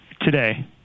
today